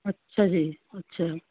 ਅੱਛਾ ਜੀ ਅੱਛਾ